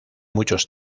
muchos